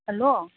hello